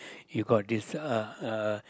you got this uh uh